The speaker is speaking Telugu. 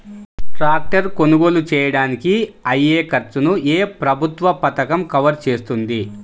ట్రాక్టర్ కొనుగోలు చేయడానికి అయ్యే ఖర్చును ఏ ప్రభుత్వ పథకం కవర్ చేస్తుంది?